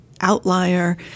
outlier